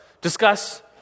discuss